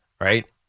right